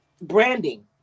branding